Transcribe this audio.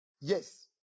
Yes